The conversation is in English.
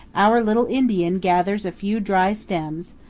our little indian gathers a few dry stems,